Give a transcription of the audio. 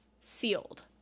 sealed